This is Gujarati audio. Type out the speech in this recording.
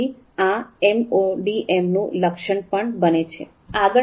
તેથી આ એમઓડીએમનું લક્ષણ પણ બને છે